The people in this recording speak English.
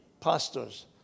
pastors